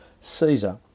Caesar